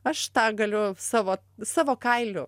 aš tą galiu savo savo kailiu